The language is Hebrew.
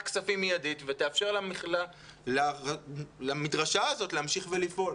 כספים מיידית ותאפשר למדרשה הזאת להמשיך ולפעול.